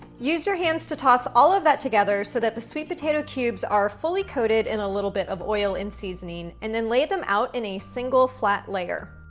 use your hands to toss all of that together so that the sweet potato cubes are fully-coated in a little bit of oil and seasoning, and then lay them out in a single flat layer.